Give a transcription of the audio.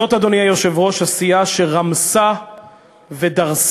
זאת, אדוני היושב-ראש, הסיעה שרמסה ודרסה